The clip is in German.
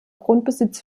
grundbesitz